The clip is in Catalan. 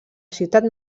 ciutat